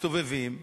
מסתובבים מתנחלים,